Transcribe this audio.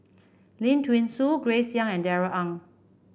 Lim Thean Soo Grace Young and Darrell Ang